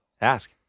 ask